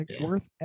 worth